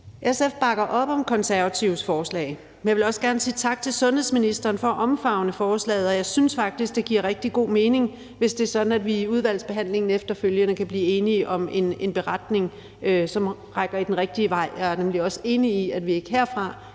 SF bakker op om Konservatives forslag, men jeg vil også gerne sige tak til sundhedsministeren for at omfavne forslaget, og jeg synes faktisk, det giver rigtig god mening, hvis det er sådan, at vi i udvalgsbehandlingen efterfølgende kan blive enige om en beretning, som rækker sig den rigtige vej. Jeg er nemlig også enig i, at vi ikke herfra